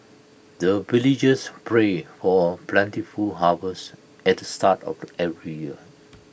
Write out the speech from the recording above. the villagers pray for plentiful harvest at the start of every year